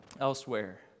elsewhere